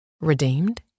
Redeemed